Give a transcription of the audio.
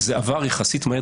יחסית זה עבר מהר.